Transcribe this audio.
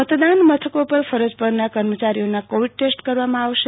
મતદાન મથકો પર ફરજ પરના કર્મચારીઓના કોવિડ ટેસ્ટ કરવામાં આવશે